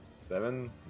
seven